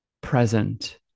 present